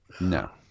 No